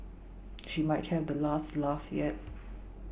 she might have the last laugh yet